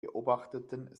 beobachteten